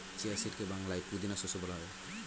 chia সিডকে বাংলায় পুদিনা শস্য বলা হয়